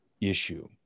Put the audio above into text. issue